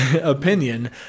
opinion